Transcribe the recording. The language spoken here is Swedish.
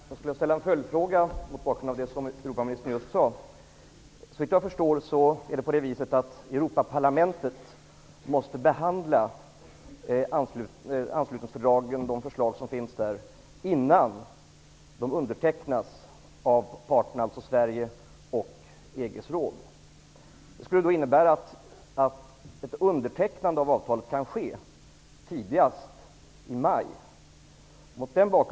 Herr talman! Jag skulle vilja ställa en följdfråga mot bakgrund av vad Europaministern just sade. Såvitt jag förstår måste Europaparlamentet behandla förslagen i anslutningsfördragen innan de undertecknas av parterna, dvs. Sverige och EG:s råd. Det skulle innebära att ett undertecknande av avtalet kan ske tidigast i maj.